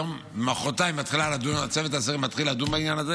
מוחרתיים מתחילה לדון,